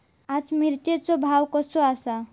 आज मिरचेचो भाव कसो आसा?